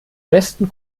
besten